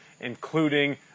including